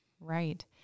right